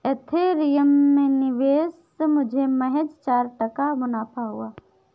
Ethereum में निवेश मुझे महज चार टका मुनाफा हुआ